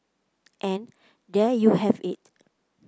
and there you have it